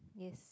yes